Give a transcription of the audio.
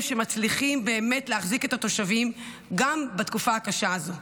שמצליחים באמת להחזיק את התושבים גם בתקופה הקשה הזו.